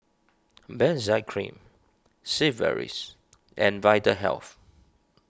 Benzac Cream Sigvaris and Vitahealth